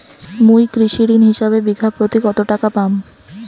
মুই কৃষি ঋণ হিসাবে বিঘা প্রতি কতো টাকা পাম?